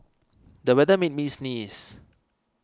the weather made me sneeze